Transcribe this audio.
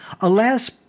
Alas